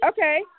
Okay